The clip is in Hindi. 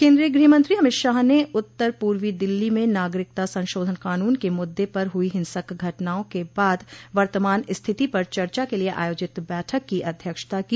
केन्द्रीय गृहमंत्री अमित शाह ने उत्तर पूर्वी दिल्ली में नागरिकता संशोधन कानून के मुद्दे पर हुई हिंसक घटनाओं के बाद वतमान स्थिति पर चर्चा के लिए आयोजित बैठक की अध्यक्षता की